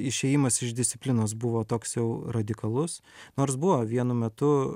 išėjimas iš disciplinos buvo toks jau radikalus nors buvo vienu metu